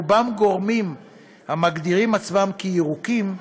רובם גורמים המגדירים עצמם ירוקים,